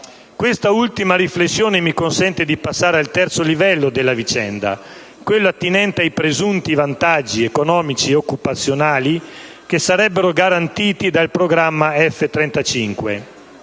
Questa ultima riflessione mi consente di passare al terzo livello della vicenda, quello attinente ai presunti vantaggi economici e occupazionali che sarebbero garantiti dal programma F-35.